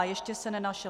Ještě se nenašel.